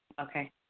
okay